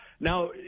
Now